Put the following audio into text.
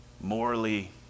Morally